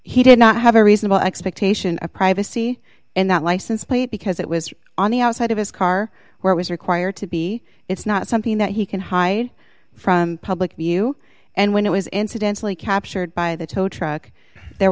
he did not have a reasonable expectation of privacy in that license plate because it was on the outside of his car where it was required to be it's not something that he can hide from public view and when it was incidentally captured by the tow truck there